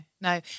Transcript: no